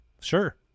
Sure